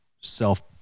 self